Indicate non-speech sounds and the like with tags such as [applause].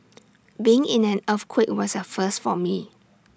[noise] being in an earthquake was A first for me